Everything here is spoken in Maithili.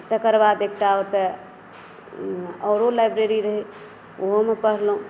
तकर बाद एकटा ओतऽ आओरो लाइब्रेरी रहै ओहोमे पढ़लहुॅं